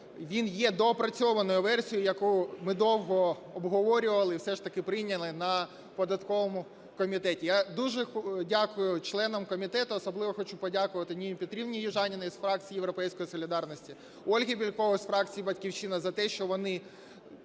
він є доопрацьованою версією, яку ми довго обговорювали і все ж таки прийняли на податковому комітеті. Я дуже дякую членам комітету. Особливо хочу подякувати Ніні Петрівні Южаніній з фракції "Європейської солідарності", Ользі Бєльковій з фракції "Батьківщина" за те, що вони